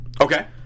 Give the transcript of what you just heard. Okay